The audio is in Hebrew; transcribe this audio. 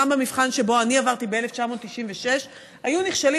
גם במבחן שאני עברתי ב-1996 היו נכשלים,